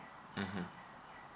mmhmm